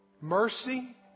mercy